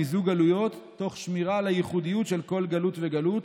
מיזוג גלויות תוך שמירה על הייחודיות של כל גלות וגלות